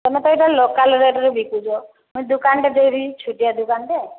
ତୁମେ ତ ଏଟା ଲୋକାଲ୍ ରେଟ୍ରେ ବିକୁଛ ମୁଇଁ ଦୁକାନଟେ ଦେବି ଛୁଟିଆ ଦୁକାନ୍ଟେ